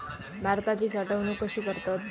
भाताची साठवूनक कशी करतत?